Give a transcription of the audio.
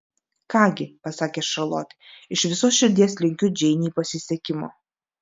ką gi pasakė šarlotė iš visos širdies linkiu džeinei pasisekimo